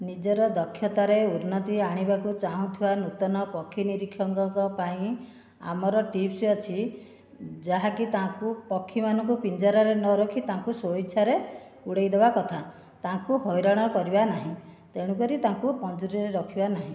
ନିଜର ଦକ୍ଷତାରେ ଉନ୍ନତି ଆଣିବାକୁ ଚାହୁଁଥିବା ନୂତନ ପକ୍ଷୀ ନିରକ୍ଷକଙ୍କ ପାଇଁ ଆମର ଟିପ୍ସ ଅଛି ଯାହାକି ତାଙ୍କୁ ପକ୍ଷୀ ମାନଙ୍କୁ ପିଞ୍ଜରାରେ ନରଖି ତାଙ୍କୁ ସ୍ୱଇଚ୍ଛାରେ ଉଡ଼ାଇଦେବା କଥା ତାଙ୍କୁ ହଇରାଣ କରିବା ନାହିଁ ତେଣୁକରି ତାଙ୍କୁ ପଞ୍ଜୁରୀରେ ରଖିବା ନାହିଁ